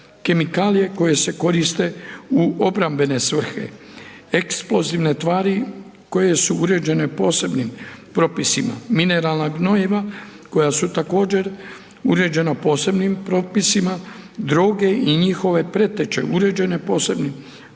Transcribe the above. Kemikalije koje se koriste u obrambene svrhe, eksplozivne tvari koje su uređene posebnim propisima. Mineralna gnojiva koja su također uređena posebnim propisima. Droge i njihove preteće uređene posebnim